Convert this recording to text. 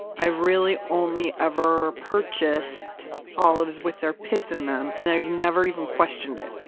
i've really only ever purchased olives with their pits in them and i've never even questioned it.